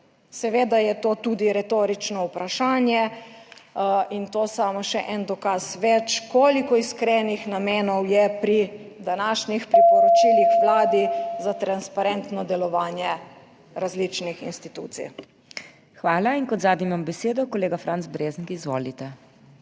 Seveda je to tudi retorično vprašanje in to samo še en dokaz več, koliko iskrenih namenov je pri današnjih priporočilih Vladi za transparentno delovanje različnih institucij. **PODPREDSEDNICA MAG. MEIRA HOT:** Hvala. In kot zadnji ima besedo kolega Franc Breznik. Izvolite.